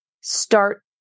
start